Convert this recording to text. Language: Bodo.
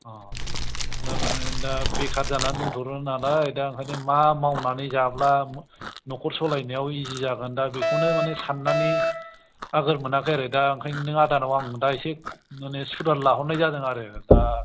अ थारमाने दा बेकार जानानै दंथ'यो नालाय दा ओंखायनो मा मावनानै जाब्ला न'खर सालायनायाव इजि जागोन दा बेखौनो माने साननानै आगोर मोनाखै आरो दा ओंखायनो नों आदानाव दा एसे माने सुदन लाहरनाय जादों आरो दा